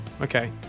Okay